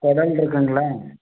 குடல் இருக்குதுங்களா